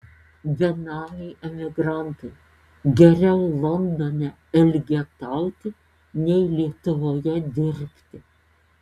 benamiai emigrantai geriau londone elgetauti nei lietuvoje dirbti